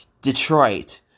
Detroit